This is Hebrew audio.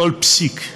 כל פסיק,